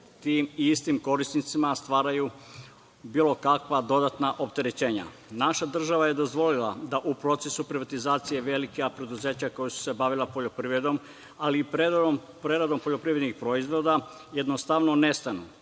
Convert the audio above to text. tim istim korisnicima stvaraju bilo kakva dodatna opterećenja. Naša država je dozvolila da u procesu privatizacije velika preduzeća koja su se bavila poljoprivredom, ali i preradom poljoprivrednih proizvoda, jednostavno nestanu.